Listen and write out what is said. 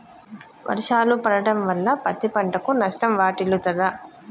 వర్షాలు పడటం వల్ల పత్తి పంటకు నష్టం వాటిల్లుతదా?